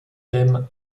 thème